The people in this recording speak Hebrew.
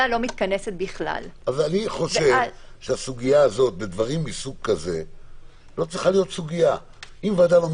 אני חושב שזה לא עלה עדיין, ואנחנו כבר בהקראה.